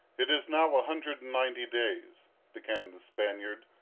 it is now a hundred and ninety days, began the spaniard,